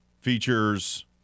features